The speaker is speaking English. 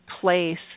place